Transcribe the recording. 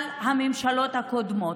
על הממשלות הקודמות,